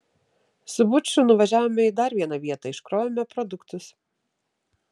su buču nuvažiavome į dar vieną vietą iškrovėme produktus